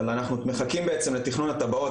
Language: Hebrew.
אבל אנחנו מחכים בעצם לתכנון התב"עות,